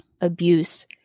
abuse